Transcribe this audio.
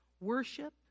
worship